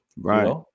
Right